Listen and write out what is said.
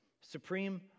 supreme